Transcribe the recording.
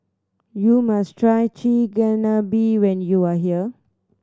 you must try Chigenabe when you are here